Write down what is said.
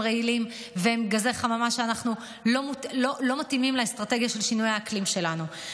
רעילים וגזי חממה שלא מתאימים לאסטרטגיה של שינויי האקלים שלנו.